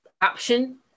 option